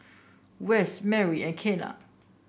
Wess Merri and Kenna